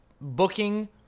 booking